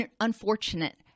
unfortunate